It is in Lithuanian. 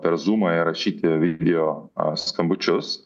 per zumą įrašyti video skambučius